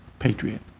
patriot